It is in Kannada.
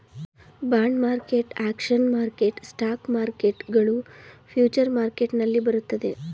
bond market, options market, stock market ಗಳು ಫ್ಯೂಚರ್ ಮಾರ್ಕೆಟ್ ನಲ್ಲಿ ಬರುತ್ತದೆ